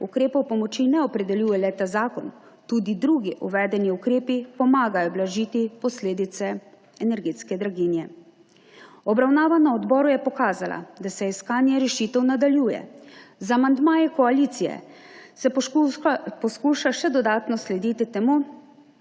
ukrepov pomoči ne opredeljuje le ta zakon, tudi drugi uvedeni ukrepi pomagajo blažiti posledice energetske draginje. Obravnava na odboru je pokazala, da se iskanje rešitev nadaljuje. Z amandmaji koalicije se poskuša še dodatno slediti tistemu